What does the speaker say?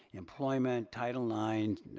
employment, title nine,